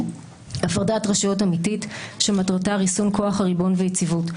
הפרדת רשויות אמיתית שמטרתה ריסון כוח הריבון ויציבות.